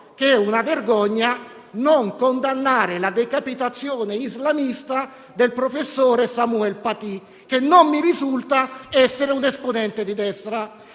che è una vergogna non condannare la decapitazione islamista del professore Samuel Paty, che non mi risulta essere un esponente di destra.